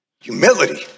humility